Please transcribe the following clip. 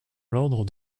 l’ordre